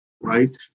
right